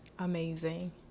amazing